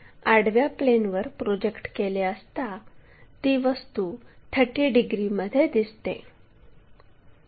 तर आपण हे आडव्या प्लेनवर प्रोजेक्ट केले असता ती वस्तू 30 डिग्रीमध्ये दिसते